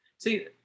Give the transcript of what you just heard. See